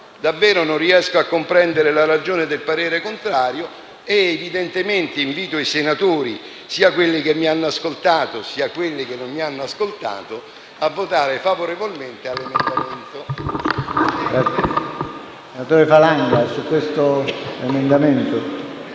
Davvero non riesco a comprendere la ragione del parere contrario. Pertanto invito i senatori, sia quelli che mi hanno ascoltato sia quelli che non mi hanno ascoltato, a votare favorevolmente sull'emendamento.